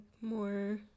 more